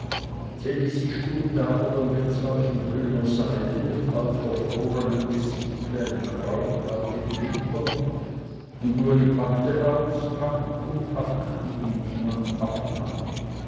elisi stund da vor dem wirtshaus in grüner seide mit halb verfrornem gesicht wie ein krautblatt im winter und uli packte aus pack um pack die ihm niemand abnahm